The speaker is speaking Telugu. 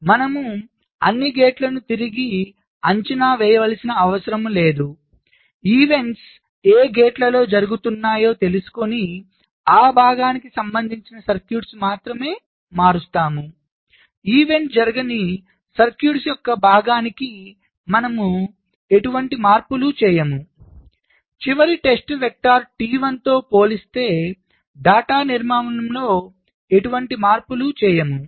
మనము అన్ని గేట్లను తిరిగి అంచనా వేయవలసిన అవసరం లేదు సంఘటనలు ఏ గేట్లలో జరుగుతున్నాయో తెలుసుకొని ఆ భాగానికి సంబంధించిన సర్క్యూట్స్ మాత్రమే మారుస్తాము సంఘటనలు జరగని సర్క్యూట్ యొక్క భాగానికి మనము ఇటువంటి మార్పులు చేయము చివరి టెస్ట్ వెక్టర్ T1 తో పోలిస్తే డేటా నిర్మాణంలో లో ఎటువంటి మార్పులు చేయము